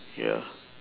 ya lah